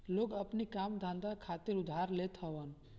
लोग अपनी काम धंधा खातिर उधार लेत हवन